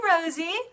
Rosie